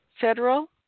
federal